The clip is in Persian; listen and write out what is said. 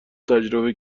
تجربه